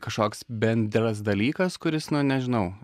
kažkoks bendras dalykas kuris nu nežinau